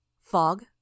fog